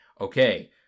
okay